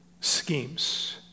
schemes